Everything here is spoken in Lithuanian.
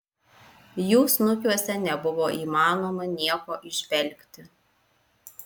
jų snukiuose nebuvo įmanoma nieko įžvelgti